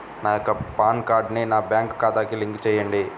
నా యొక్క పాన్ కార్డ్ని నా బ్యాంక్ ఖాతాకి లింక్ చెయ్యండి?